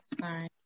Sorry